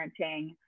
parenting